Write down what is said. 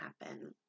happen